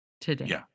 today